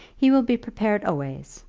he will be prepared always,